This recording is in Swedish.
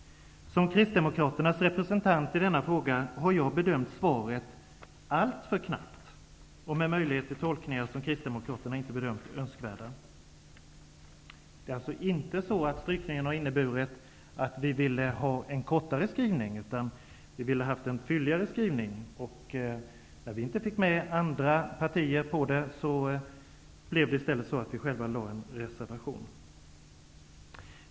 Som kristdemokraternas representant i denna fråga har jag bedömt svaret som alltför knapphändigt, och det ger möjlighet till sådana tolkningar som kristdemokraterna inte bedömt som önskvärda. Vårt önskemål om strykning innebär alltså inte att vi ville ha en kortare skrivning, utan att vi ville ha en fylligare skrivning. När vi inte fick med oss andra partier, avgav vi i stället en reservation.